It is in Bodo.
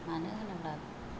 मानो होनोब्ला